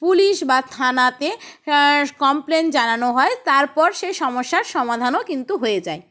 police বা থানাতে complain জানানো হয় তারপর সে সমস্যার সমাধানও কিন্তু হয়ে যায়